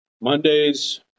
Mondays